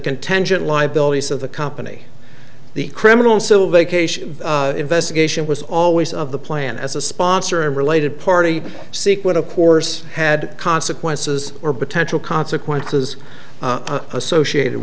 contention liabilities of the company the criminal civil vacation investigation was always of the plan as a sponsor and related party sequin of course had consequences or potential consequences associated